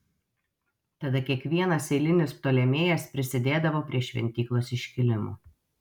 tada kiekvienas eilinis ptolemėjas prisidėdavo prie šventyklos iškilimo